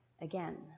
again